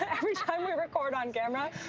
but every time we record on camera,